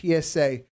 PSA